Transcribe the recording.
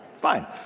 Fine